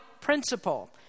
principle